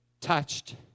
touched